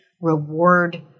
reward